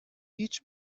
هیچ